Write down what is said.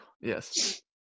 Yes